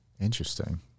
Interesting